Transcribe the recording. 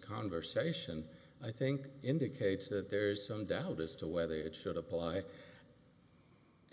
conversation i think indicates that there's some doubt as to whether it should apply